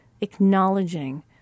acknowledging